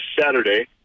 Saturday